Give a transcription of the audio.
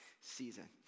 season